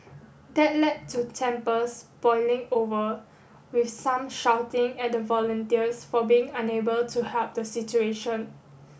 that led to tempers boiling over with some shouting at the volunteers for being unable to help the situation